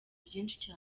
byinshi